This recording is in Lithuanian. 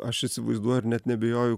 aš įsivaizduoju ir net neabejoju